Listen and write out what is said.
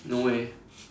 no eh